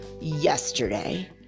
yesterday